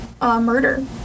murder